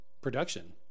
production